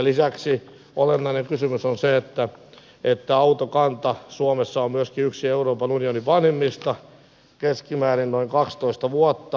lisäksi olennainen kysymys on se että autokanta suomessa on myöskin yksi euroopan unionin vanhimmista keskimäärin noin kaksitoista vuotta